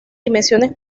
dimensiones